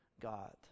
god